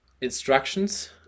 instructions